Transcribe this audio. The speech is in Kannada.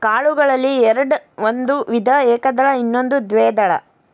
ಕಾಳುಗಳಲ್ಲಿ ಎರ್ಡ್ ಒಂದು ವಿಧ ಏಕದಳ ಇನ್ನೊಂದು ದ್ವೇದಳ